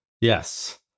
yes